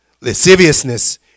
lasciviousness